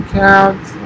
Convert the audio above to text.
counts